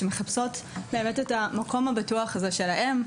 שמחפשות את המקום הבטוח שלהן.